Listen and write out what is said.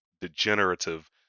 degenerative